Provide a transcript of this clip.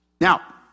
Now